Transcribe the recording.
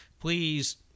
please